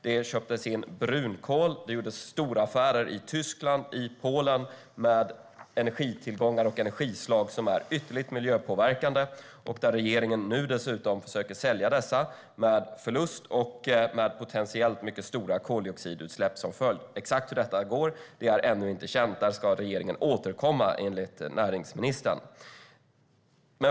Det köptes in brunkol och gjordes stora affärer i Tyskland och Polen med energitillgångar och energislag som är ytterst miljöpåverkande. Nu försöker regeringen sälja dessa med förlust och med potentiellt mycket stora koldioxidutsläpp som följd. Exakt hur det går är ännu inte känt. Här ska regeringen återkomma, enligt näringsministern.